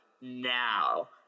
now